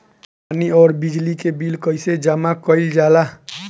पानी और बिजली के बिल कइसे जमा कइल जाला?